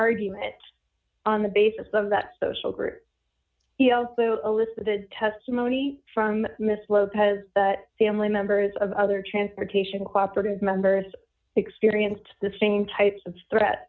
argument on the basis of that social group he also elicited testimony from mrs lopez that family members of other transportation cooperated members experienced the same types of threat